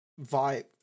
vibe